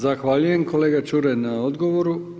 Zahvaljujem kolega Čuraj na odgovoru.